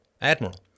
Admiral